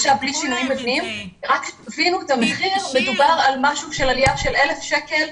מדובר על עליית מחירים של 1,000 שקלים,